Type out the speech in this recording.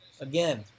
again